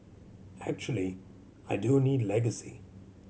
actually I don't need legacy